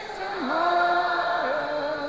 tomorrow